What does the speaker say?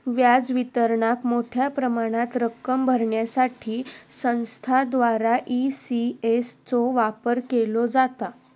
व्याज वितरणाक मोठ्या प्रमाणात रक्कम भरण्यासाठी संस्थांद्वारा ई.सी.एस चो वापर केलो जाता